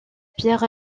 pierre